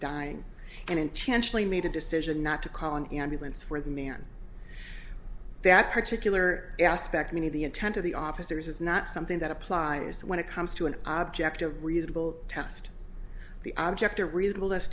dying and intentionally made a decision not to call an ambulance for the man that particular aspect many of the intent of the officers is not something that applies when it comes to an object of reasonable test the object a reasonable t